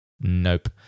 Nope